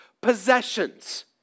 possessions